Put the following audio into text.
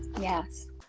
yes